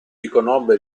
riconobbe